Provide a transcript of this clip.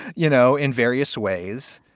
you know, in various ways,